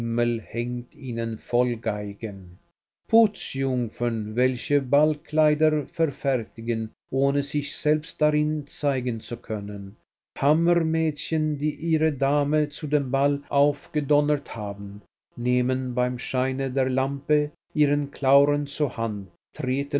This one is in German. hängt ihnen voll geigen putzjungfern welche ballkleider verfertigen ohne sich selbst darin zeigen zu können kammermädchen die ihre dame zu dem ball aufgedonnert haben nehmen beim scheine der lampe ihren clauren zur hand treten